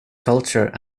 culture